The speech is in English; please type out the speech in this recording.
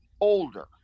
older